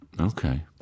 Okay